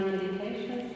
Meditation